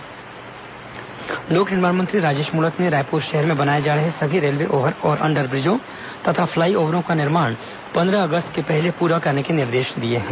राजेश मूणत समीक्षा लोक निर्माण मंत्री राजेश मूणत ने रायपुर शहर में बनाए जा रहे सभी रेलवे ओव्हर और अंडरब्रिजों तथा फ्लाईओव्हरों का निर्माण पंद्रह अगस्त के पहले पूरा करने के निर्देश दिए हैं